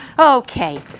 Okay